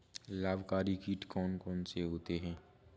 लाभकारी कीट कौन कौन से होते हैं?